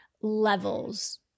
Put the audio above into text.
levels